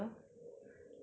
no I don't know that